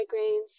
migraines